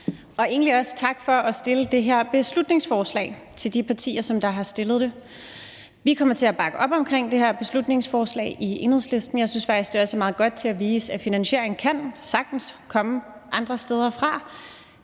de partier, som har fremsat det her beslutningsforslag. Vi kommer til at bakke op om det her beslutningsforslag i Enhedslisten. Jeg synes faktisk, at det er meget godt til at vise, at finansiering sagtens kan komme andre steder fra.